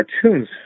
cartoons